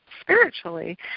spiritually